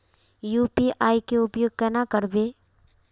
UPI के उपयोग केना करबे?